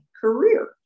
career